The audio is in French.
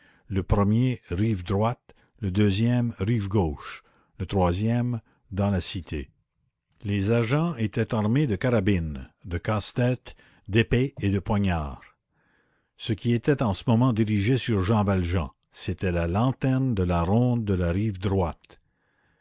le premier rive droite le deuxième rive gauche le troisième dans la cité les agents étaient armés de carabines de casse-tête d'épées et de poignards ce qui était en ce moment dirigé sur jean valjean c'était la lanterne de la ronde de la rive droite